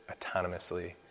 autonomously